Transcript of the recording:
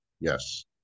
Yes